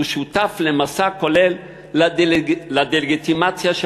שהוא שותף למסע כולל לדה-לגיטימציה של